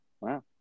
Wow